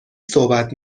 صحبت